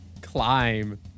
climb